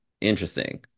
Interesting